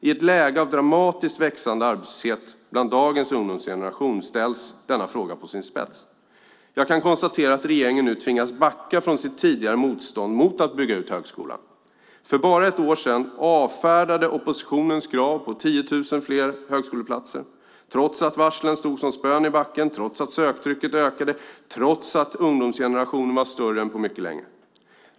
I ett läge av dramatiskt växande arbetslöshet hos dagens ungdomsgeneration ställs denna fråga på sin spets. Jag kan konstatera att regeringen nu tvingas backa från sitt tidigare motstånd mot att bygga ut högskolan. För bara ett år sedan avfärdades oppositionens krav på 10 000 fler högskoleplatser, trots att varslen stod som spön i backen, trots att söktrycket ökade, trots att ungdomsgenerationen var större än på mycket länge.